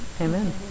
Amen